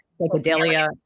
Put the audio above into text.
psychedelia